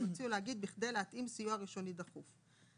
לכתוב "כדי להתאים סיוע ראשוני דחוף".